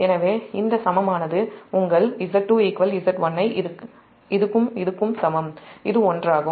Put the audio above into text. எனவே இந்த சமமானது உங்கள் Z2 Z1 ஐ சமம் இது ஒன்றாகும்